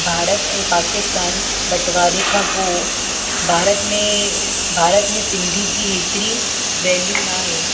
भारत ऐं पाकिस्तान बंटवारे खां पोइ भारत में भारत में सिंधी जी एतरी वैल्यू न आहे